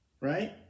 Right